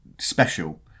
special